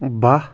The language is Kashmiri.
بہہ